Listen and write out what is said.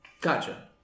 Gotcha